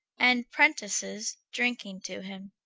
and prentices drinking to him.